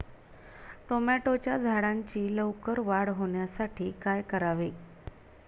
टोमॅटोच्या झाडांची लवकर वाढ होण्यासाठी काय करावे?